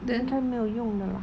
应该没有用了 lah